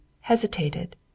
hesitated